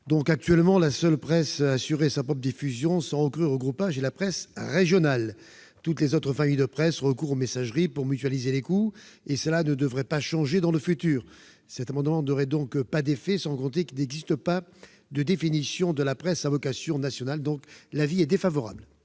Actuellement, la seule presse à assurer sa propre diffusion sans recourir au groupage est la presse régionale. Toutes les autres familles de presse recourent aux messageries pour mutualiser les coûts, et cela ne devrait pas changer dans le futur. L'adoption d'un tel amendement n'aurait donc pas d'effet. Au demeurant, il n'existe pas de définition de la presse à vocation nationale. La commission émet